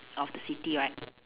of the city right